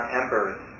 embers